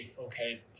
okay